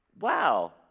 wow